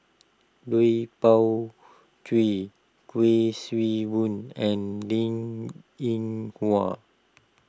Lui Pao Chuen Kuik Swee Boon and Linn in Hua